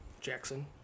Jackson